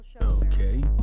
Okay